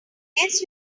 guess